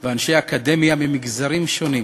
ואנשי אקדמיה ממגזרים שונים,